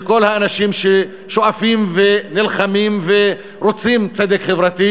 שכל האנשים ששואפים ונלחמים ורוצים צדק חברתי